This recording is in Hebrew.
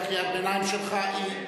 קריאת הביניים שלך היא,